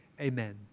amen